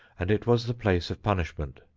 and it was the place of punishment.